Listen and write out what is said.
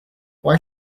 why